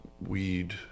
weed